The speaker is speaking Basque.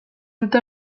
dute